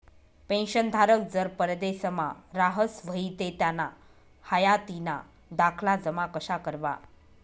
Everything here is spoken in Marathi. पेंशनधारक जर परदेसमा राहत व्हयी ते त्याना हायातीना दाखला जमा कशा करवा?